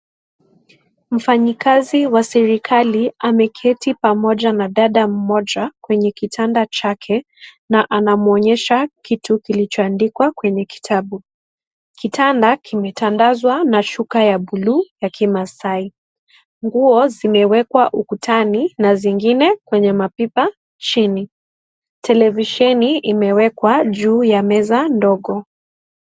Mfanyikazi wa serikali ameketi pamoja na dada mmoja kwenye kitanda chake na anamuonyesha kitu kilichoandikwa kwenye kitabu. Kitanda kimetandazwa na shuka ya buluu ya kimaasai. Nguo zimewekwa ukutani na zingine kwenye mapipa chini. Televisheni hii imewekwa juu ya meza ndogo.